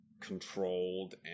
controlled